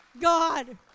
God